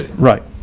right.